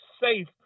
safe